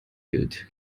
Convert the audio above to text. gilt